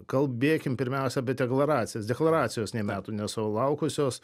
kalbėkim pirmiausia apie deklaracijas deklaracijos nei metų nesulaukusios